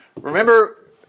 Remember